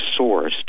sourced